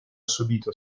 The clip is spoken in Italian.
subito